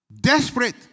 Desperate